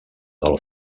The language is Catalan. del